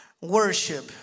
Worship